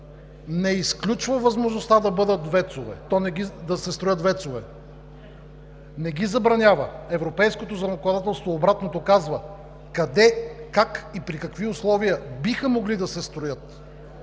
не изключва възможността да се строят ВЕЦ-ове. Не ги забранява. Европейското законодателство казва обратното – къде, как и при какви условия биха могли да се строят.